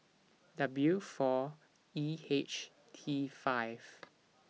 W four E H T five